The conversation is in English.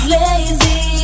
lazy